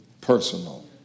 personal